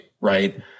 right